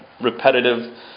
repetitive